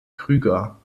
krüger